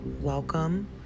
Welcome